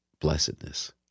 Blessedness